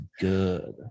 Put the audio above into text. good